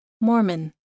Mormon